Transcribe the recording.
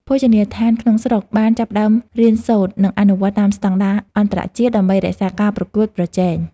ភោជនីយដ្ឋានក្នុងស្រុកបានចាប់ផ្តើមរៀនសូត្រ និងអនុវត្តតាមស្តង់ដារអន្តរជាតិដើម្បីរក្សាការប្រកួតប្រជែង។